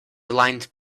aligned